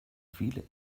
viele